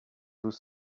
tous